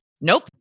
Nope